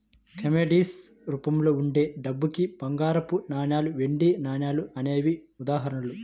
commodities రూపంలో ఉండే డబ్బుకి బంగారపు నాణాలు, వెండి నాణాలు అనేవే ఉదాహరణలు